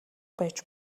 байж